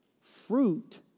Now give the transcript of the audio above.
fruit